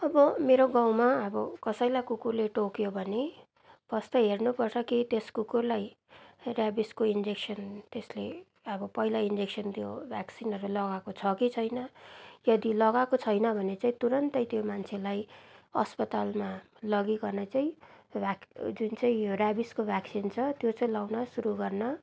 अब मेरो गाउँमा अब कसैलाई कुकुरले टोक्यो भने फर्स्ट त हेर्नुपर्छ कि त्यस कुकुरलाई रेबिसको इन्जेक्सन त्यसले अब पहिला इन्जेक्सन त्यो भ्याक्सिनहरू लगाएको छ कि छैन यदि लगाएको छैन भने चाहिँ तुरन्तै त्यो मान्छेलाई अस्पतालमा लगिकन चाहिँ राख जुन चाहिँ यो रेबिसको भ्याक्सिन छ त्यो चाहिँ लाउन सुरु गर्न